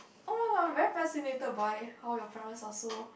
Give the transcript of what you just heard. oh-my-god I'm very fascinated by how your parents are so